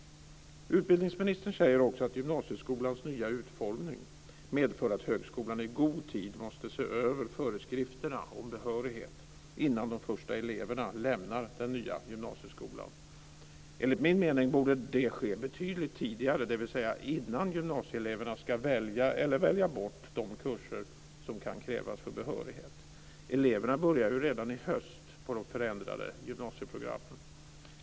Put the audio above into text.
Utbildningsministern säger också att gymnasieskolans nya utformning medför att högskolan i god tid måste se över föreskrifterna om behörighet innan de första eleverna lämnar den nya gymnasieskolan. Enligt min mening borde det ske betydligt tidigare, dvs. innan gymnasieeleverna ska välja eller välja bort de kurser som kan krävas för behörighet. Eleverna börjar ju redan i höst på de förändrade gymnasieprogrammen.